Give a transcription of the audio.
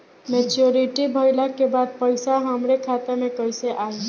Maturity भईला के बाद पईसा हमरे खाता में कइसे आई?